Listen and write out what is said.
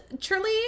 truly